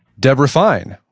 debra fine,